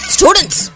Students